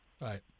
Right